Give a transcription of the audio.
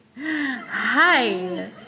Hi